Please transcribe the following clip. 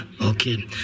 okay